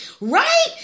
right